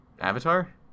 Avatar